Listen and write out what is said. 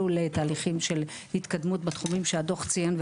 לתהליכים של התקדמות בתחומים שהדו"ח ציין,